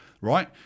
right